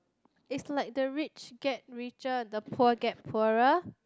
is like the rich get richer the poor get poorer